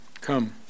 come